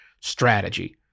strategy